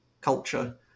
culture